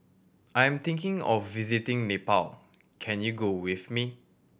I am thinking of visiting Nepal can you go with me